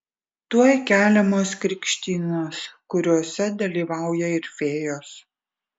tuoj keliamos krikštynos kuriose dalyvauja ir fėjos